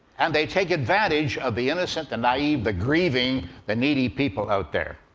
and they take advantage of the innocent, the naive, the grieving, the needy people out there.